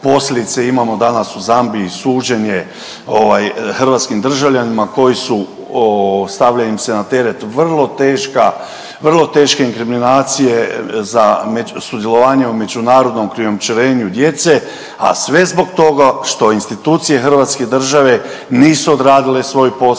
imamo danas u Zambiji, suđenje ovaj hrvatskih državljanima koji su, stavlja im se na teret vrlo teška, vrlo teške inkriminacije za sudjelovanje u međunarodnom krijumčarenju djece, a sve zbog toga što institucije hrvatske države nisu odradile svoj posao,